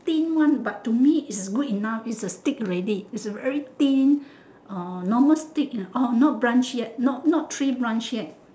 thin one but to me it's good enough it's a stick already it's a very thin uh normal stick ah not branch yet not not tree branch yet